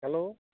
hello